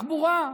התחבורה,